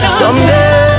someday